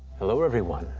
hello everyone,